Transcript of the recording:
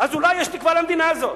ואז אולי יש תקווה למדינה הזאת.